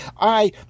I